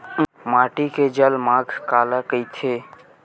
माटी के जलमांग काला कइथे?